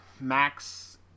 max